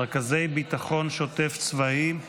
רכזי ביטחון שוטף צבאיים,